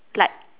like